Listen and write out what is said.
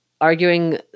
arguing